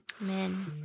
Amen